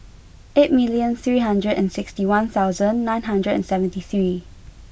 eight million three hundred and sixty one thousand nine hundred and seventy three